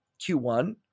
Q1